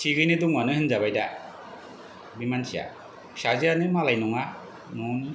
थिगैनो दङानो होनजाबाय दा बे मानसिया फिसाजोआनो मालाय नङा न'नि